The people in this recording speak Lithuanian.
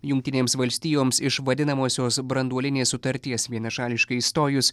jungtinėms valstijoms iš vadinamosios branduolinės sutarties vienašališkai išstojus